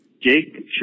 Jake